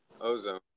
Ozone